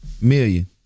Million